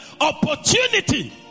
opportunity